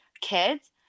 kids